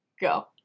go